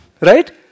right